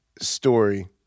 story